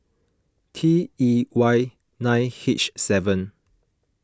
T E Y nine H seven